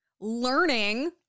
Learning